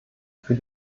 für